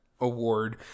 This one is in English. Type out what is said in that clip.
award